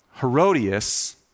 Herodias